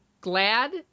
glad